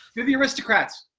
do the aristocrats!